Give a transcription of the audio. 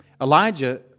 Elijah